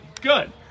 Good